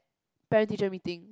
parent teacher meeting